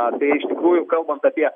apie iš tikrųjų kalbant apie